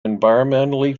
environmentally